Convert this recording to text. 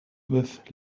with